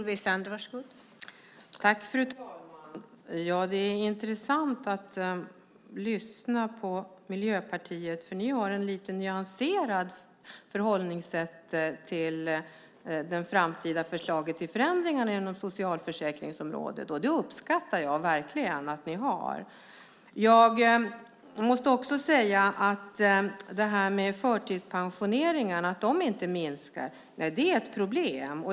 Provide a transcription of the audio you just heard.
Fru talman! Det är intressant att lyssna på Miljöpartiet. Ni har ett lite nyanserat förhållningssätt till det framtida förslaget till förändringar inom socialförsäkringssystemet. Det uppskattar jag verkligen att ni har. Att förtidspensioneringarna inte minskar är ett problem.